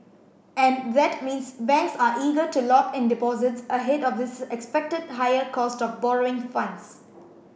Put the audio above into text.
and that means banks are eager to lock in deposits ahead of this expected higher cost of borrowing funds